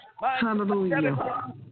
Hallelujah